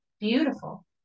beautiful